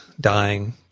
dying